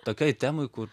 tokioj temoj kur